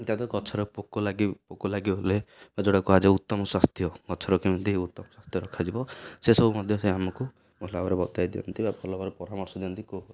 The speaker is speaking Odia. ତା' ଗଛର ପୋକ ଲାଗି ପୋକ ଲାଗିଗଲେ ବା ଯେଉଁଟା କୁହାଯାଏ ଉତ୍ତମ ସ୍ୱାସ୍ଥ୍ୟ ଗଛର କେମିତି ଉତ୍ତମ ସ୍ୱାସ୍ଥ୍ୟ ରଖାଯିବ ସେସବୁ ମଧ୍ୟ ସେ ଆମକୁ ଭଲ ଭାବରେ ବତାଇ ଦିଅନ୍ତି ବା ଭଲ ଭାବରେ ପରାମର୍ଶ ଦିଅନ୍ତି କେଉଁ